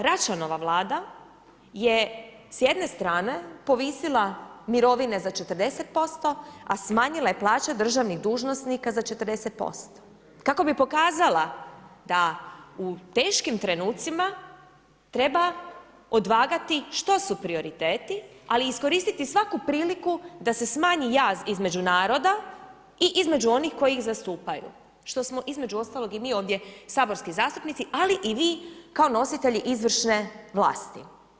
Račanova vlada je s jedne strane povisila mirovine za 40%, a smanjila je plaće državnih dužnosnika za 40% kako bi pokazala da u teškim trenucima treba odvagati što su prioriteti, ali iskoristiti svaku priliku da se smanji jaz između naroda i između onih koji ih zastupaju, što smo između ostalog i mi ovdje saborski zastupnici, ali i vi kao nositelji izvršne vlasti.